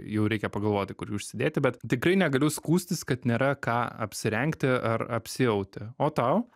jau reikia pagalvoti kurį užsidėti bet tikrai negaliu skųstis kad nėra ką apsirengti ar apsiauti o tau